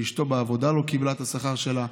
ואשתו בעבודה לא קיבלה את השכר שלה,